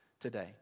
today